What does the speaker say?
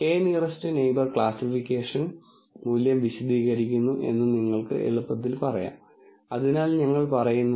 ഇപ്പോൾ നിങ്ങൾ പമ്പ് പ്രവർത്തിപ്പിക്കാൻ തുടങ്ങുന്നു തുടർന്ന് ചില പോയിന്റുകളിൽ നിങ്ങൾക്ക് ഈ ഡാറ്റ ലഭിക്കും തുടർന്ന് നിങ്ങൾ ഇനിപ്പറയുന്ന ചോദ്യം ചോദിക്കുന്നു